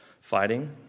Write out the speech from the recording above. fighting